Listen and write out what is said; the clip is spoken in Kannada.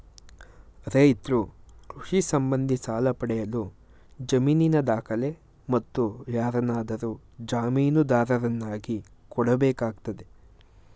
ರೈತ್ರು ಕೃಷಿ ಸಂಬಂಧಿ ಸಾಲ ಪಡೆಯಲು ಜಮೀನಿನ ದಾಖಲೆ, ಮತ್ತು ಯಾರನ್ನಾದರೂ ಜಾಮೀನುದಾರರನ್ನಾಗಿ ಕೊಡಬೇಕಾಗ್ತದೆ